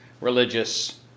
religious